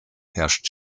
herrscht